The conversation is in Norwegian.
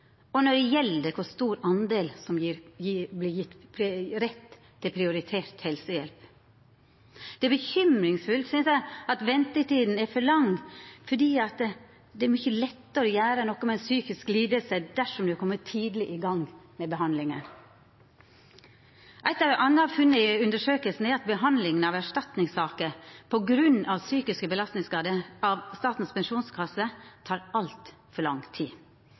og når det gjeld kor mange som får rett til prioritert helsehjelp. Det er bekymringsfullt, synest eg, at ventetida er for lang, for det er lettare å gjera noko med ei psykisk liding dersom ein kjem tidleg i gang med behandlinga. Eit anna funn i undersøkinga er at behandlinga i Statens pensjonskasse av erstatningssaker på grunn av psykiske belastningsskadar tek altfor lang tid. Sjølv om kompleksiteten i sakene tilseier at behandlinga av sakene normalt vil ta litt tid,